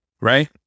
right